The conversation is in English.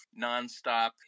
nonstop